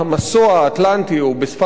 או בשפת העם "זרם הגולף",